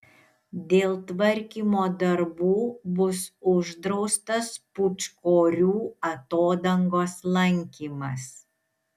dėl tvarkymo darbų bus uždraustas pūčkorių atodangos lankymas